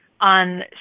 on